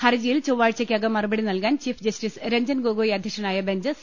ഹർജിയിൽ ചൊവ്വാഴ്ചയ്ക്കകം മറുപടി നൽകാൻ ചീഫ് ജസ്റ്റിസ് രഞ്ജൻ ഗൊഗോയി അധ്യക്ഷ നായ ബെഞ്ച് സി